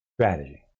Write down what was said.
strategy